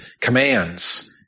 commands